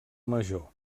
major